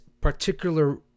particular